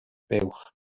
buwch